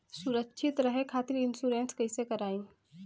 सुरक्षित रहे खातीर इन्शुरन्स कईसे करायी?